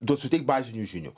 duot suteikt bazinių žinių